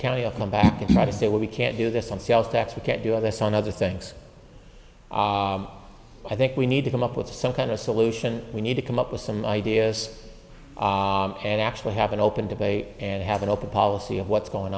county of come back and try to say we can't do this on sales tax we can't do this on other things i think we need to come up with some kind of solution we need to come up with some ideas and actually have an open debate and have an open policy of what's going